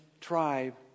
tribe